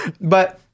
But-